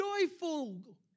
joyful